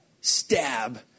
stab